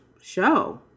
show